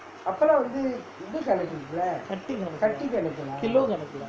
கட்டி கணக்கு:kati kannakku kilogram கணக்கு இல்லே:kanakku illae